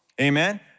Amen